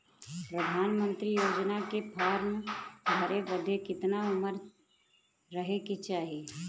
प्रधानमंत्री योजना के फॉर्म भरे बदे कितना उमर रहे के चाही?